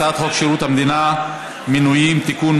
הצעת חוק שירות המדינה (מינויים) (תיקון,